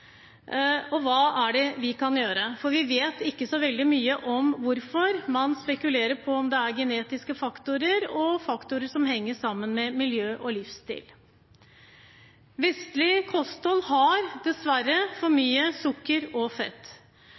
er bekymringsfullt. Hva kan vi gjøre? Vi vet ikke så veldig mye om hvorfor. Man spekulerer på om det er genetiske faktorer og faktorer som henger sammen med miljø og livsstil. Vestlig kosthold har dessverre for mye sukker og fett.